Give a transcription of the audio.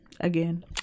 Again